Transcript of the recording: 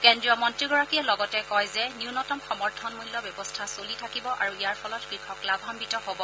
কেন্দ্ৰীয় মন্ত্ৰীগৰাকীয়ে লগতে কয় যে নূন্যতম সমৰ্থনমূল্য ব্যৱস্থা চলি থাকিব আৰু ইয়াৰ ফলত কৃষক লাভান্নিত হ'ব